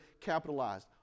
capitalized